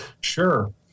Sure